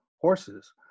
horses